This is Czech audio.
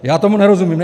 Já tomu nerozumím.